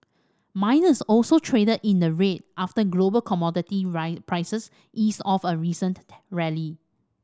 miners also traded in the red after global commodity prices eased off a recent rally